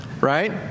Right